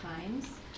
times